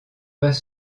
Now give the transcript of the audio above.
pas